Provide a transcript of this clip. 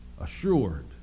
assured